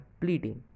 bleeding